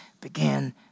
began